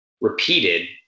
repeated